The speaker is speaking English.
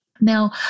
Now